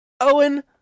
Owen